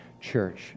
Church